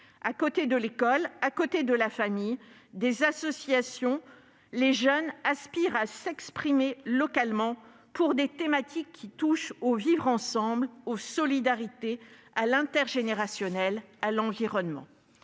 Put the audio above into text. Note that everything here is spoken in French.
À côté de l'école, de la famille, des associations, les jeunes aspirent à s'exprimer localement sur des thématiques qui touchent au vivre-ensemble, aux solidarités, à l'intergénérationnel, à l'environnement.